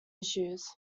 issues